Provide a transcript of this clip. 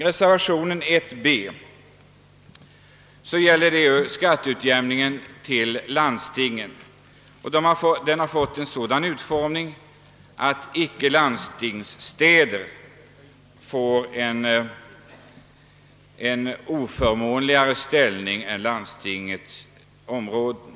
Reservationen 1b gäller skatteutjämningen till landstingen. Enligt reservationen får städer utanför landsting en oförmånligare ställning än landstingsområdena.